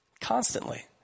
constantly